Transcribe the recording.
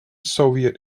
soviet